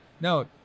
no